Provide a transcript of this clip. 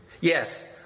Yes